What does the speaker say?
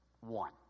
one